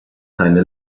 seine